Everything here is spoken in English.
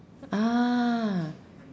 ah